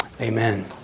Amen